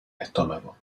estómago